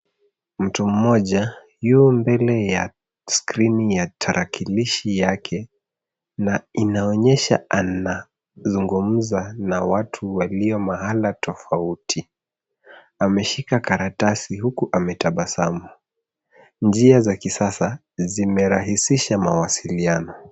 Mtu mmoja yu mbele ya skrini ya tarakilishi yake ,na inaonyesha anazungumza na watu walio mahala tofauti. Ameshika karatasi huku ametabasamu. Njia za kisasa zimerahisisha mawasiliano.